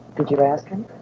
did you ask him?